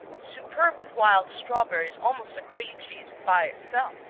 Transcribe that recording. superb with wild strawberries almost a cream cheese by itself.